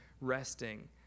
resting